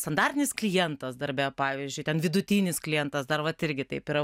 standartinis klientas darbe pavyzdžiui ten vidutinis klientas dar vat irgi taip yra